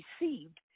received